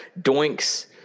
Doinks